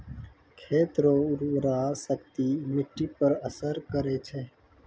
खेत रो उर्वराशक्ति मिट्टी पर असर करै छै